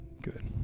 Good